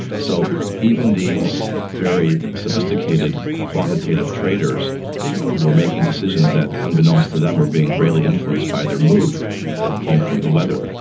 so even these very sophisticated quantitative traders were making decisions that unbeknown to them were being greatly influenced by their mood that came from the weather.